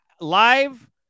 live